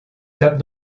tape